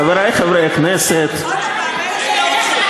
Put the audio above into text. חברי חברי הכנסת, עוד פעם: אלה שלא הודחו.